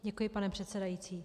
Děkuji, pane předsedající.